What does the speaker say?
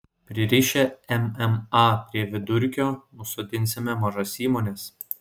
pririšę mma prie vidurkio nusodinsime mažas įmones